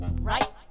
Right